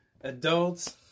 adults